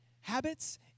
habits